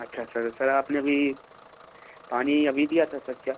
अच्छा sir sir अपने अभी पानी अभी दिया था सर क्या